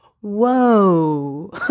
whoa